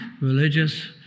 religious